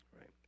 right